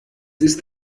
ist